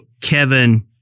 Kevin